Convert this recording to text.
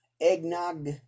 eggnog